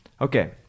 Okay